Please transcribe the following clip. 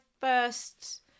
first